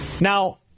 Now